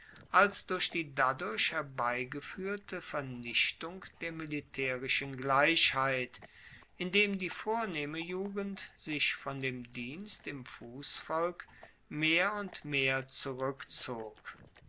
als durch die dadurch herbeigefuehrte vernichtung der militaerischen gleichheit indem die vornehme jugend sich von dem dienst im fussvolk mehr und mehr zurueckzog